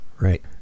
Right